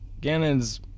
Gannon's